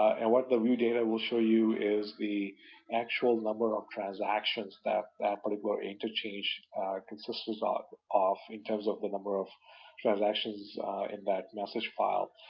and what the view data will show you is the actual number of transactions that that particular inter-change consisted ah of, in terms of the number of transactions in that message file.